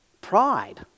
Pride